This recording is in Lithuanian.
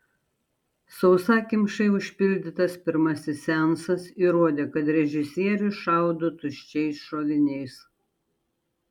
sausakimšai užpildytas pirmasis seansas įrodė kad režisierius šaudo tuščiais šoviniais